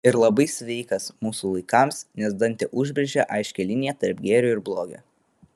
ir labai sveikas mūsų laikams nes dantė užbrėžia aiškią liniją tarp gėrio ir blogio